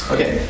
Okay